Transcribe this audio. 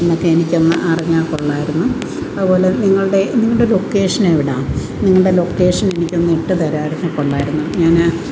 എന്നൊക്കെ എനിക്കൊന്ന് അറിഞ്ഞാൽ കൊള്ളാമായിരുന്നു അതുപോലെ നിങ്ങളുടെ നിങ്ങളുടെ ലൊക്കേഷൻ എവിടാ നിങ്ങളുടെ ലൊക്കേഷൻ എനിക്കൊന്ന് ഇട്ടു തരാർന്നേ കൊള്ളാമായിരുന്നു ഞാൻ